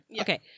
okay